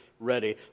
ready